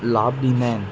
लाभ ॾींदा आहिनि